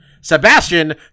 Sebastian